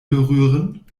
berühren